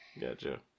Gotcha